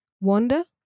Wanda